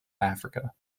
africa